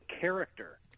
character